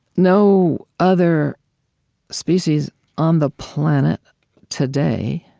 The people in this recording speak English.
no other species on the planet today